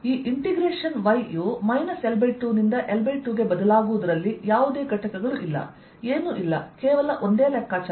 ಈ ಇಂಟೆಗ್ರೇಶನ್ yಯು L2 ರಿಂದ L2 ಗೆ ಬದಲಾಗುವುದರಲ್ಲಿ ಯಾವುದೇ ಘಟಕಗಳು ಇಲ್ಲ ಏನೂ ಇಲ್ಲ ಕೇವಲ ಒಂದು ಲೆಕ್ಕಾಚಾರ